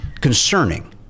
concerning